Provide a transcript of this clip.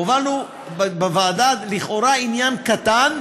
הובלנו בוועדה לכאורה עניין קטן,